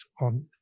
on